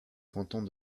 cantons